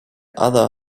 other